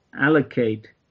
allocate